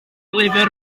lyfr